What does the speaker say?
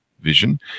vision